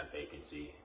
vacancy